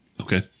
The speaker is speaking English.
Okay